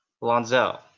Lonzo